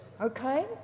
Okay